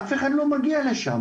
אף אחד לא מגיע לשם.